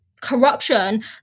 corruption